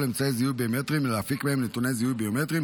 אמצעי זיהוי ביומטריים ולהפיק מהם נתוני זיהוי ביומטריים